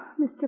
Mr